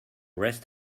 rest